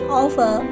offer